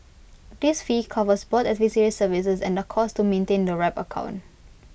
this fee covers both advisory services and the costs to maintain the wrap account